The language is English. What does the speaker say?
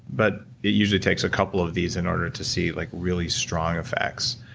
but it usually takes a couple of these in order to see like really strong effects.